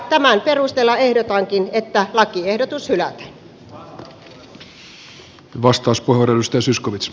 tämän perusteella ehdotankin että lakiehdotus hylätään